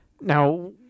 Now